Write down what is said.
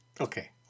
Okay